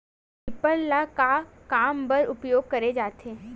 Reaper ल का काम बर उपयोग करे जाथे?